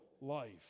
life